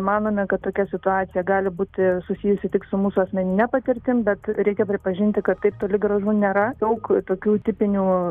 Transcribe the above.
manome kad tokia situacija gali būti susijusi tik su mūsų asmenine patirtim bet reikia pripažinti kad taip toli gražu nėra daug tokių tipinių